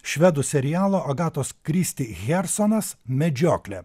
švedų serialo agatos kristi hjersonas medžioklė